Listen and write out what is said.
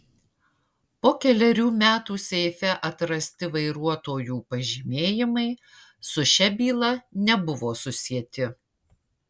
po kelerių metų seife atrasti vairuotojų pažymėjimai su šia byla nebuvo susieti